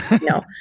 no